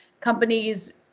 companies